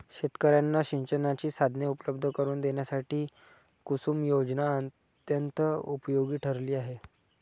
शेतकर्यांना सिंचनाची साधने उपलब्ध करून देण्यासाठी कुसुम योजना अत्यंत उपयोगी ठरली आहे